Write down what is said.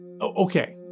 okay